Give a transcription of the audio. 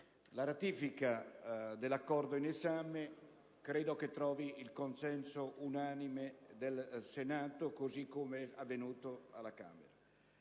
la ratifica dell'Accordo in esame credo che incontri il consenso unanime del Senato, così come è avvenuto alla Camera.